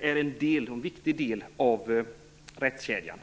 är en del, en viktig del, av rättskedjan.